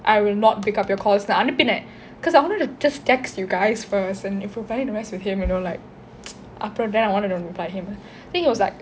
I will not pick up your calls ன்னு அனுப்புனேன்:nnu anuppunen cause I wanted to just text you guys first and if you reply the rest with him you know like அப்பறோம்:approm then I wanted to reply him then he was like